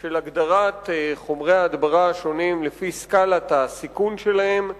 של הגדרת חומרי ההדברה השונים לפי סקאלת הסיכון שלהם,